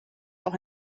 auch